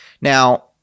Now